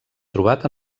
trobat